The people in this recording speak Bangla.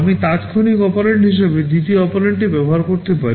আমি তাত্ক্ষণিক অপারেন্ড হিসাবে দ্বিতীয় অপারেন্ডটি ব্যবহার করতে পারি